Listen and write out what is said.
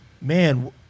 man